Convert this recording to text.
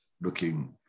Looking